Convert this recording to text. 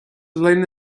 linn